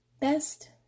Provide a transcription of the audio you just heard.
Best